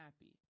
happy